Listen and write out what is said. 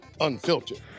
Unfiltered